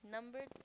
Number